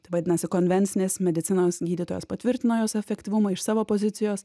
tai vadinasi konvencinės medicinos gydytojas patvirtino jos efektyvumą iš savo pozicijos